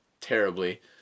terribly